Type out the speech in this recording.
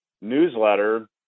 newsletter